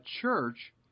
church